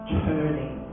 turning